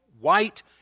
white